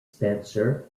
spencer